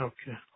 Okay